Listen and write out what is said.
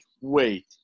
wait